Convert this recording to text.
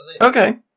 Okay